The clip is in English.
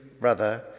brother